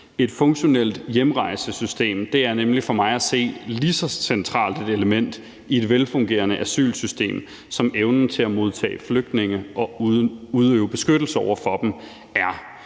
Et funktionelt hjemrejsesystem er nemlig for mig at se lige så centralt et element i et velfungerende asylsystem, som evnen til at modtage flygtninge og udøve beskyttelse over for dem er.